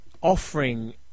offering